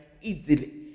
easily